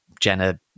Jenna